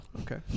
okay